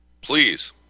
Please